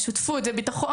בשותפות, בבטחון.